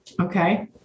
Okay